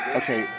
okay